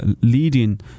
leading